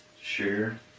share